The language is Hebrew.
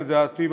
לדעתי,